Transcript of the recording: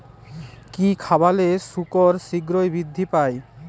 কি খাবালে শুকর শিঘ্রই বৃদ্ধি পায়?